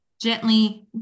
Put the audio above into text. gently